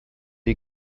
you